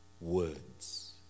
words